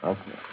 Okay